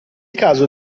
caso